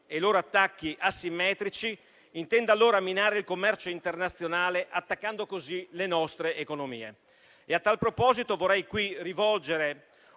e i loro attacchi asimmetrici, intende minare il commercio internazionale, attaccando così le nostre economie. A tal proposito, vorrei qui rivolgere